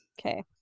Okay